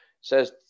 says